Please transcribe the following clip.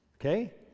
Okay